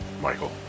Michael